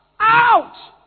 Out